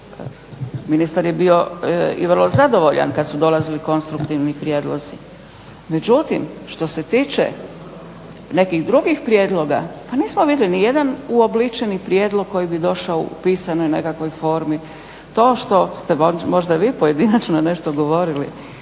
Ministar je bio i vrlo zadovoljan kad su dolazili konstruktivni prijedlozi, međutim što se tiče nekih drugih prijedloga, pa nismo vidjeli ni jedan uobličeni prijedlog koji bi došao u pisanoj nekakvoj formi, to što ste možda vi pojedinačno nešto govorili,